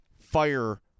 fire